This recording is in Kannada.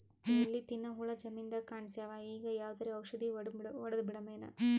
ಎಲಿ ತಿನ್ನ ಹುಳ ಜಮೀನದಾಗ ಕಾಣಸ್ಯಾವ, ಈಗ ಯಾವದರೆ ಔಷಧಿ ಹೋಡದಬಿಡಮೇನ?